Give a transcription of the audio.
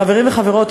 חברים וחברות,